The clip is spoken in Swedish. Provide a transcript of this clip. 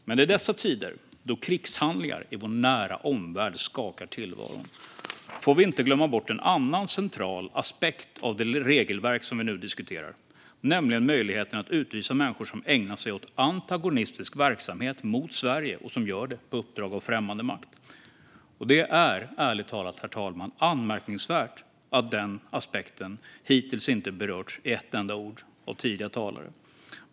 Men i dessa tider då krigshandlingar i vår nära omvärld skakar tillvaron får vi inte glömma bort en annan central aspekt av det regelverk som vi nu diskuterar, nämligen möjligheten att utvisa människor som ägnar sig åt antagonistisk verksamhet mot Sverige och som gör det på uppdrag av främmande makt. Herr talman! Det är, ärligt talat, anmärkningsvärt att den aspekten hittills inte berörts med ett enda ord av tidigare talare.